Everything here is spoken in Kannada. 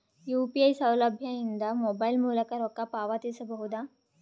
ಯು.ಪಿ.ಐ ಸೌಲಭ್ಯ ಇಂದ ಮೊಬೈಲ್ ಮೂಲಕ ರೊಕ್ಕ ಪಾವತಿಸ ಬಹುದಾ?